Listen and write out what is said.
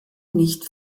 nicht